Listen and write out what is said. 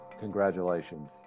congratulations